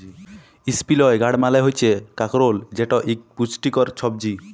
ইসপিলই গাড় মালে হচ্যে কাঁকরোল যেট একট পুচটিকর ছবজি